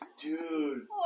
dude